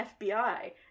FBI